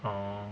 orh